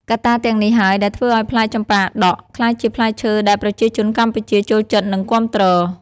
កត្តាទាំងនេះហើយដែលធ្វើឱ្យផ្លែចម្ប៉ាដាក់ក្លាយជាផ្លែឈើដែលប្រជាជនកម្ពុជាចូលចិត្តនិងគាំទ្រ។